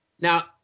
Now